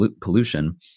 pollution